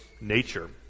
nature